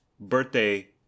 Birthday